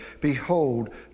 Behold